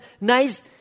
nice